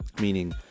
meaning